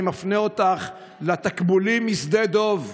אני מפנה אותך לתקבולים משדה דב,